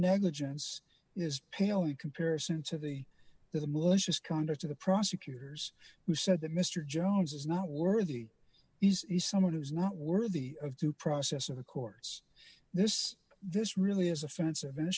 negligence is pale in comparison to the the malicious conduct of the prosecutors who said that mr jones is not worthy he's someone who's not worthy of due process of the courts this is this really is offensive and